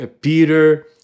Peter